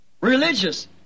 Religious